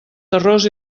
terròs